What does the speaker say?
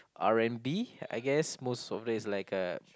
R and B I guess most of it is like uh